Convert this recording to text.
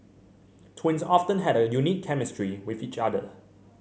twins often have a unique chemistry with each other